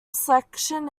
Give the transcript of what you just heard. selection